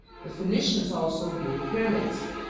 the phoenicians also built pyramids.